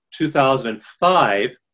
2005